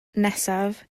nesaf